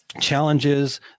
challenges